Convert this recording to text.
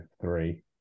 three